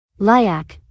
Lyak